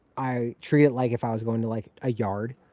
i treat it like if i was going to, like, a yard.